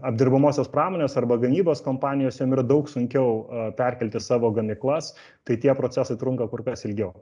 apdirbamosios pramonės arba gamybos kompanijos jom yra daug sunkiau perkelti savo gamyklas tai tie procesai trunka kur kas ilgiau